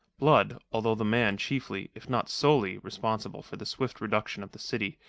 blood, although the man chiefly, if not solely, responsible for the swift reduction of the city,